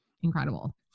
Incredible